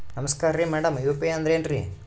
ನಮಸ್ಕಾರ್ರಿ madam UPI ಅಂದ್ರೆನ್ರಿ?